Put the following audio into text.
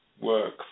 work